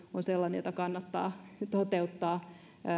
on sellainen jota kannattaa toteuttaa